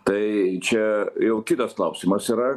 tai čia jau kitas klausimas yra